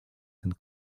and